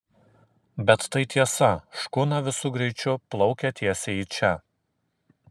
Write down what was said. bet tai tiesa škuna visu greičiu plaukia tiesiai į čia